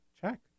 Check